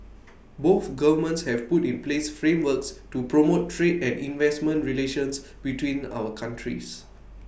both governments have put in place frameworks to promote trade and investment relations between our countries